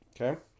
okay